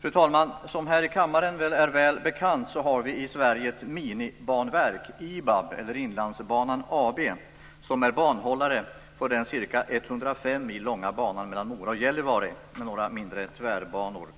Fru talman! Som här i kammaren är väl bekant har vi i Sverige ett "minibanverk" - IBAB, eller Inlandsbanan AB - som är banhållare för den ca 105 mil långa banan mellan Mora och Gällivare med några mindre tvärbanor.